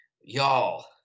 y'all